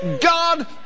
God